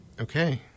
Okay